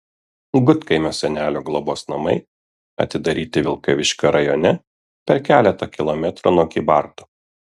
gudkaimio senelių globos namai atidaryti vilkaviškio rajone per keletą kilometrų nuo kybartų